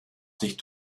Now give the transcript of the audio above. sich